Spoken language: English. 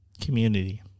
Community